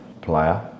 player